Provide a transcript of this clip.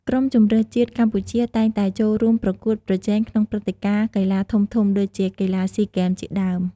ក្រុមជម្រើសជាតិកម្ពុជាតែងតែចូលរួមប្រកួតប្រជែងក្នុងព្រឹត្តិការណ៍កីឡាធំៗដូចជា កីឡាស៊ីហ្គេម ជាដើម។